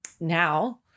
Now